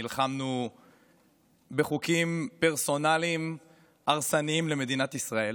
נלחמנו בחוקים פרסונליים הרסניים למדינת ישראל,